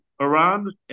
Iran